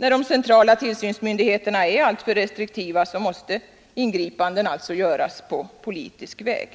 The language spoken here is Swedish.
När de centrala tillsynsmyndigheterna är alltför restriktiva, måste ingripanden göras på politisk väg.